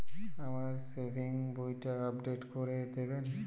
আমার সেভিংস বইটা আপডেট করে দেবেন?